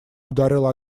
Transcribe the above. ударил